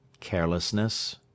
carelessness